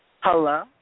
Hello